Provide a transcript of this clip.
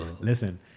Listen